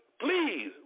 Please